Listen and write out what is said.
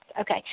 Okay